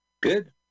Good